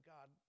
God